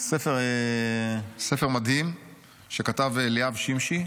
ספר מדהים שכתב אליאב שמשי.